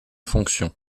fonction